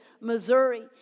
Missouri